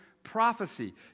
prophecy